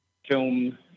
film